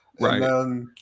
Right